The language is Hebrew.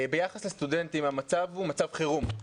ביחס לסטודנטים, המצב הוא מצב חירום.